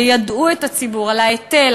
יידעו את הציבור על ההיטל,